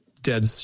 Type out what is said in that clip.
dead